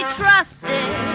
trusted